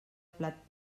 plat